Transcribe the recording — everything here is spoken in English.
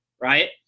right